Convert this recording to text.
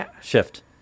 shift